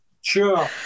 Sure